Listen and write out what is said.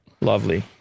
Lovely